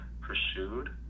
pursued